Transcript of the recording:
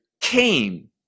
came